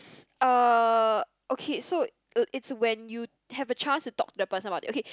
uh okay so uh its when you have a chance to talk to that person about it okay